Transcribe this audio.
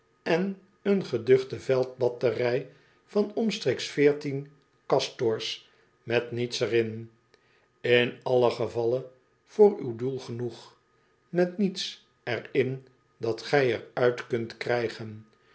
en een geduchte veldbatterij van omstreeks veertien castors met niets er in in allen gevalle voor uw doel genoeg met niets er in dat gij er uit kunt krijgen